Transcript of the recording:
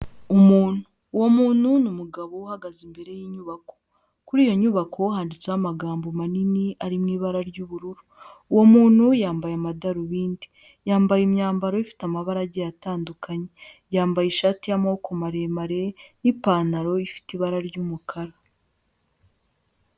Umuntu, uwo muntu ni umugabo uhagaze imbere y'inyubako, kuri iyo nyubako handitsweho amagambo manini ari mu ibara ry'ubururu, uwo muntu yambaye amadarubindi, yambaye imyambaro ifite amabara agiye atandukanye, yambaye ishati y'amaboko maremare n'ipantaro ifite ibara ry'umukara.